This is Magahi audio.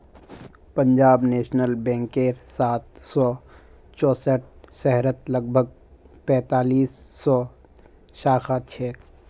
पंजाब नेशनल बैंकेर सात सौ चौसठ शहरत लगभग पैंतालीस सौ शाखा छेक